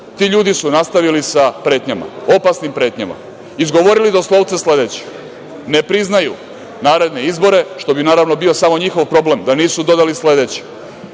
Ti ljudi su nastavili sa pretnjama, opasnim pretnjama. Izgovorili doslovce sledeće – ne priznaju naredne izbore, što bi naravno bio samo njihov problem, da nisu dodali sledeće